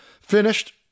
finished